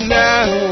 now